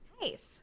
Nice